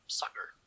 sucker